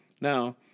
now